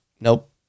Nope